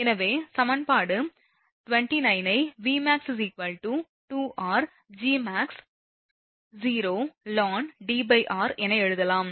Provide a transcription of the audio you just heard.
எனவே சமன்பாடு 29 ஐ Vmax 2rGmaxoln Dr என எழுதலாம்